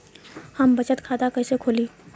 हम बचत खाता कइसे खोलीं?